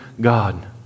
God